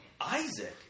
Isaac